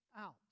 out